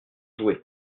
jouer